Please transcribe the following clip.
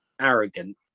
arrogant